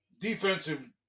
defensive